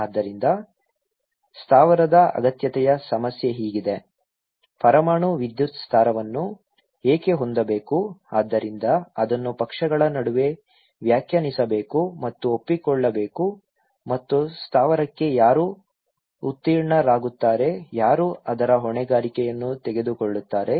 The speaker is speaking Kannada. ಆದ್ದರಿಂದ ಸ್ಥಾವರದ ಅಗತ್ಯತೆಯ ಸಮಸ್ಯೆ ಹೀಗಿದೆ ಪರಮಾಣು ವಿದ್ಯುತ್ ಸ್ಥಾವರವನ್ನು ಏಕೆ ಹೊಂದಬೇಕು ಆದ್ದರಿಂದ ಅದನ್ನು ಪಕ್ಷಗಳ ನಡುವೆ ವ್ಯಾಖ್ಯಾನಿಸಬೇಕು ಮತ್ತು ಒಪ್ಪಿಕೊಳ್ಳಬೇಕು ಮತ್ತು ಸ್ಥಾವರಕ್ಕೆ ಯಾರು ಉತ್ತೀರ್ಣರಾಗುತ್ತಾರೆ ಯಾರು ಅದರ ಹೊಣೆಗಾರಿಕೆಯನ್ನು ತೆಗೆದುಕೊಳ್ಳುತ್ತಾರೆ